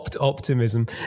optimism